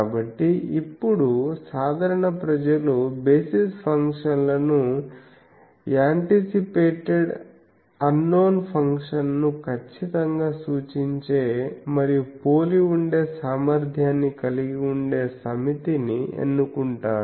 కాబట్టి ఇప్పుడు సాధారణ ప్రజలు బేసిస్ ఫంక్షన్లను యాంటిసిపేటెడ్ అన్నోన్ ఫంక్షన్ను ఖచ్చితంగా సూచించే మరియు పోలి ఉండే సామర్థ్యాన్ని కలిగి ఉండే సమితిగా ఎన్నుకుంటారు